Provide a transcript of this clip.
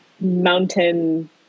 mountain